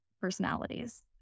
personalities